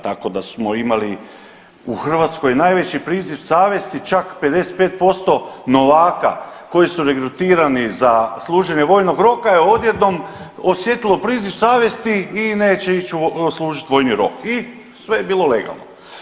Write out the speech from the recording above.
Tako da smo imali u Hrvatskoj najveći priziv savjesti čak 55% novaka koji su regrutirani za služenje vojnog roka je odjednom osjetilo priziv savjesti i neće ići služiti vojni rok i sve je bilo legalno.